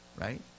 Right